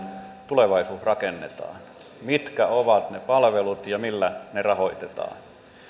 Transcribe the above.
tulevaisuus rakennetaan mitkä ovat ne palvelut ja millä ne rahoitetaan